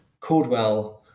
Cordwell